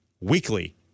weekly